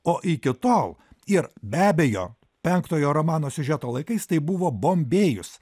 o iki tol ir be abejo penktojo romano siužeto laikais tai buvo bombėjus